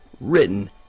written